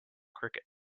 cricket